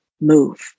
move